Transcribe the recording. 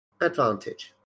advantage